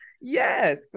yes